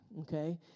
okay